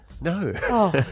No